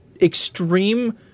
extreme